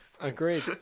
Agreed